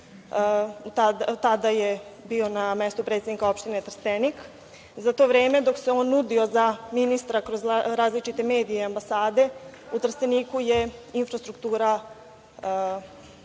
tada je bio na mestu predsednika opštine Trstenik. Za to vreme dok se on nudio za ministra kroz različite medije i ambasade, u Trsteniku se infrastruktura